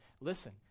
listen